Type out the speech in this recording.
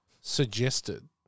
suggested